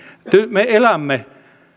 me elämme